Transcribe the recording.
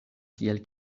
tiel